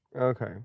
Okay